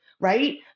right